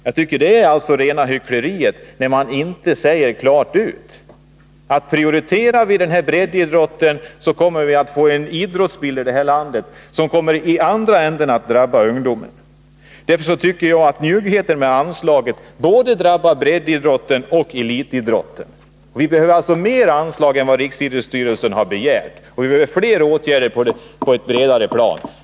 Jag tycker det är rena hyckleriet, när man inte säger klart ut att om vi priorieterar breddidrotten kommer vi att få en idrottsbild i det här landet som i andra avseenden kommer att drabba ungdomen. Därför tycker jag att njuggheten med anslagen drabbar både breddidrotten och elitidrotten. Vi behöver mer anslag än vad riksidrottsstyrelsen begärt och fler åtgärder på ett bredare plan.